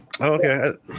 okay